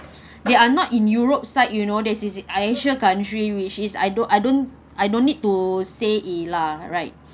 they are not in europe side you know there's is asia country which is I don't I don't I don't need to say it lah right